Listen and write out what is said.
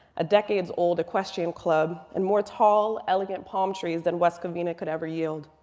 a decades old equestrian club, and more tall elegant palm trees than west covina could ever yield.